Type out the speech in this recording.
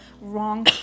wrong